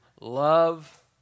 love